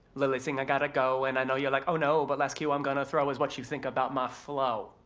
lilly singh i gotta go, and i know you're like oh no but last cue i'm gonna throw is what you think about my flow?